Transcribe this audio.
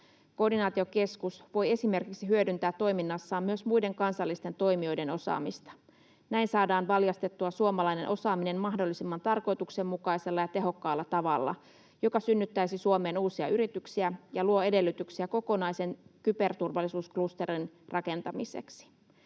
Koordinaatiokeskus voi esimerkiksi hyödyntää toiminnassaan myös muiden kansallisten toimijoiden osaamista. Näin saadaan valjastettua suomalainen osaaminen mahdollisimman tarkoituksenmukaisella ja tehokkaalla tavalla, joka synnyttäisi Suomeen uusia yrityksiä ja luo edellytyksiä kokonaisen kyberturvallisuusklusterin rakentamiseksi.